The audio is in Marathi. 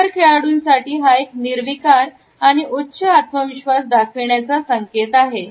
पोकर खेळाडूंसाठी हा एक निर्विकार आणि उच्च आत्मविश्वास दाखविण्याचे संकेत आहे